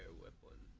weapon